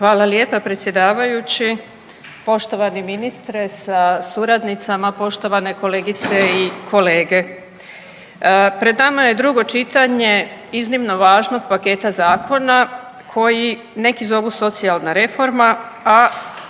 Hvala lijepa predsjedavajući, poštovani ministre sa suradnicama, poštovane kolegice i kolege. Pred nama je drugo čitanje iznimno važno od paketa zakona koji neki zovu socijalna reforma, a